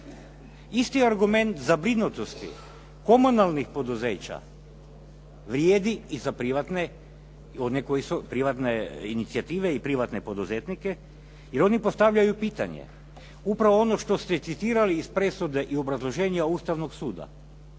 Isti argument zabrinutosti komunalnih poduzeća vrijedi i za privatne, one koji su privatne inicijative i privatne poduzetnike jer oni postavljaju pitanje upravo ono što ste citirali iz presude i obrazloženja Ustavnog suda.